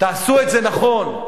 תעשו את זה נכון,